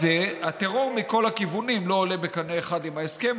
הטרור מכל הכיוונים לא עולה בקנה אחד עם ההסכם,